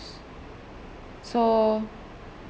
so